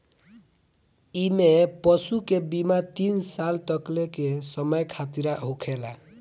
इमें पशु के बीमा तीन साल तकले के समय खातिरा होखेला